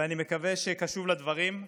ואני מקווה שקשוב לדברים,